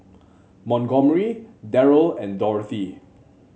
Montgomery Deryl and Dorothy